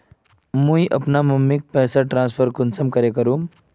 मुई अपना मम्मीक पैसा ट्रांसफर कुंसम करे करूम?